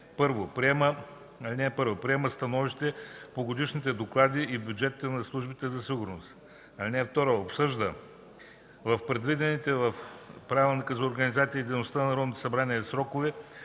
1. приема становища по годишните доклади и бюджетите на службите за сигурност; 2. обсъжда в предвидените в Правилника за организацията и дейността на Народното събрание срокове